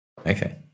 Okay